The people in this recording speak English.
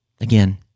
again